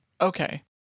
okay